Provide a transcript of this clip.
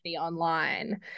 online